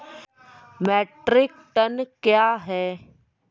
Metric ton कया हैं?